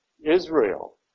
Israel